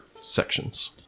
sections